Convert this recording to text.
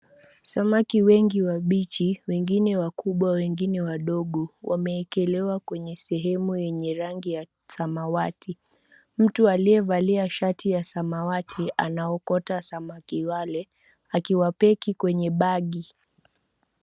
Samaki wengi wabichi wengine wakubwa wengine wadogo, wameekelewa kwenye sehemu yenye rangi ya samawati, mtu aliyevalia shati ya samawati anaokota samaki wale akiwa peki kwenue bagi.